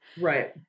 right